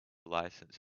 license